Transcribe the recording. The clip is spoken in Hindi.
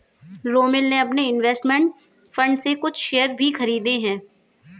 रोमिल ने अपने इन्वेस्टमेंट फण्ड से कुछ शेयर भी खरीदे है